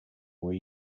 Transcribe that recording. were